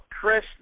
Chris